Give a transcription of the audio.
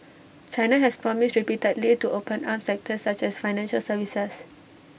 China has promised repeatedly to open up sectors such as financial services